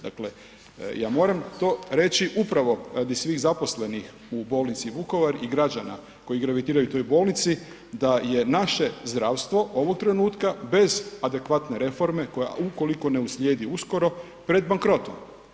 Dakle, ja moram to reći upravo radi svih zaposlenih u bolnici Vukovar i građana koji gravitiraju u toj bolnici da je naše zdravstvo ovog trenutka bez adekvatne reforme, koja ukoliko ne uslijedi uskoro, pred bankrotom.